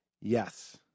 Yes